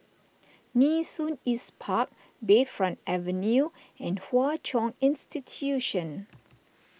Nee Soon East Park Bayfront Avenue and Hwa Chong Institution